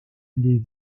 les